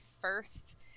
first